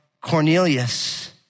Cornelius